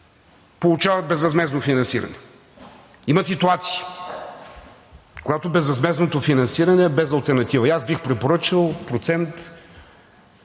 получават безвъзмездно финансиране, има ситуации, когато безвъзмездното финансиране е без алтернатива. Аз бих препоръчал процент